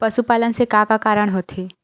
पशुपालन से का का कारण होथे?